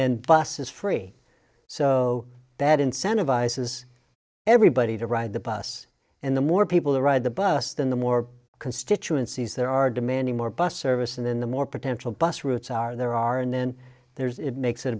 then bus is free so that incentivizes everybody to ride the bus and the more people who ride the bus than the more constituencies there are demanding more bus service and then the more potential bus routes are there are and then there's it makes it